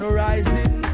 rising